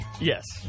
Yes